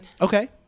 Okay